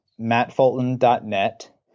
mattfulton.net